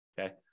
Okay